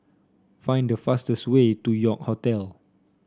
find the fastest way to York Hotel